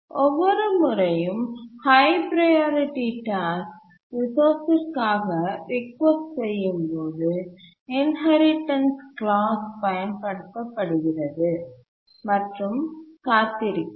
ஒவ்வொரு முறையும் high priority task ரிசோர்ஸ்சிற்காக ரிக்வெஸ்ட் செய்யும்போது இன்ஹெரிடன்ஸ் கிளாஸ் பயன்படுத்தப்படுகிறது மற்றும் காத்திருக்கிறது